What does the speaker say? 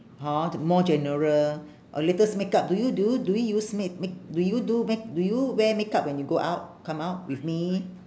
hor t~ more general or latest makeup do you do you do you use make make do you do make do you wear makeup when you go out come out with me